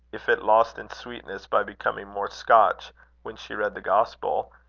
if it lost in sweetness by becoming more scotch when she read the gospel,